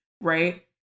right